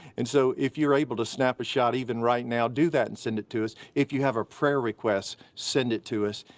and so if you're able to snap a shot even right now, do that and send it to us. if you have a prayer request, send it to us.